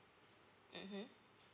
mmhmm